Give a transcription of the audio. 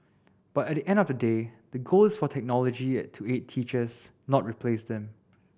but at the end of the day the goal is for technology to aid teachers not replace them